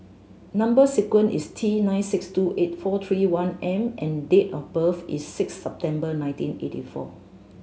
number sequence is T nine six two eight four three one M and date of birth is six September nineteen eighty four